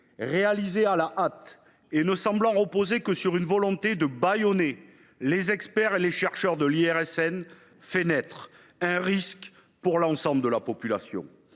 réalisé à la hâte, qui ne semble reposer que sur la volonté de bâillonner les experts et les chercheurs de l’IRSN, fait naître un risque pour l’ensemble de la population.